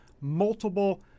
multiple